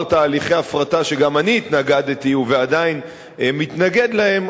תהליכי הפרטה שגם אני התנגדתי ועדיין מתנגד להם,